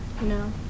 No